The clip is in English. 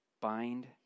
Bind